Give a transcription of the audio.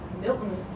Milton